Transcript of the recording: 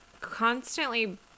constantly